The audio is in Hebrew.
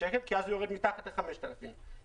שקלים כי אז הוא יורד מתחת ל-5,000 שקלים,